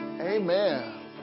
Amen